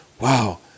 wow